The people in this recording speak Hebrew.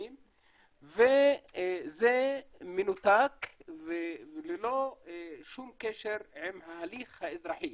וזה מנותק וללא שום קשר עם ההליך האזרחי